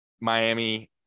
Miami